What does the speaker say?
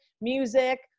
music